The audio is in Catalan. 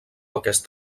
aquest